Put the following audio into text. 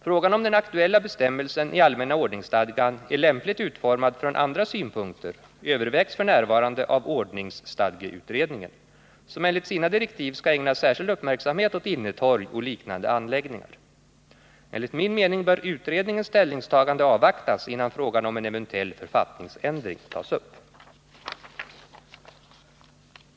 Frågan om den aktuella bestämmelsen i allmänna ordningsstadgan är lämpligt utformad från andra synpunkter övervägs f. n. av ordningsstadgeutredningen , som enligt sina direktiv skall ägna särskild uppmärksamhet åt innetorg och liknande anläggningar. Enligt min mening bör utredningens ställningstagande avvaktas, innan frågan om en eventuell författningsändring tas upp.